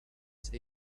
say